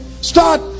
start